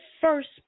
first